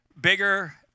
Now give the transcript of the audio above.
bigger